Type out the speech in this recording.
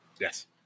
Yes